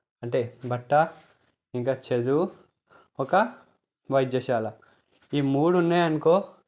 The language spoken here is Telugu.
అంటే బట్ట ఇంకా చదువు ఒక వైద్యశాల ఈ మూడు ఉన్నాయి అనుకో